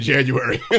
January